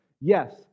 Yes